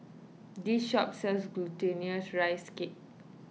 this shop sells Glutinous Rice Cake